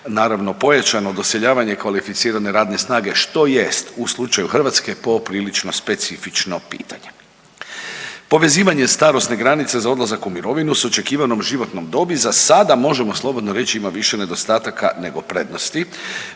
naravno pojačano doseljavanje kvalificirane radne snage što jest u slučaju Hrvatske poprilično specifično pitanje. Povezivanje starosne granice za odlazak u mirovinu s očekivanom životnom dobi za sada možemo slobodno reći ima više nedostataka nego prednosti,